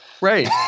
Right